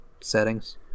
settings